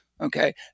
okay